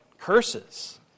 curses